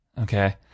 okay